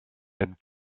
and